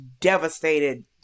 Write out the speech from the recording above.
devastated